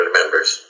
members